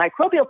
microbial